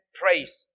praise